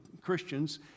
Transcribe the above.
Christians